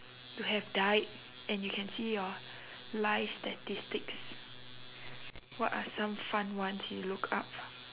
you have died and you can see your life statistics what are some fun ones you look up